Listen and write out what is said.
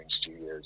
studios